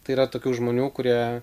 tai yra tokių žmonių kurie